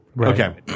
okay